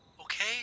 Okay